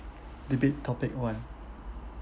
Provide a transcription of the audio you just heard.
debate topic one